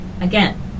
Again